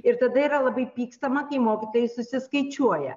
ir tada yra labai pykstama kai mokytojai susiskaičiuoja